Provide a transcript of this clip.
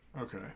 Okay